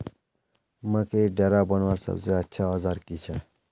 मकईर डेरा बनवार सबसे अच्छा औजार की छे?